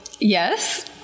yes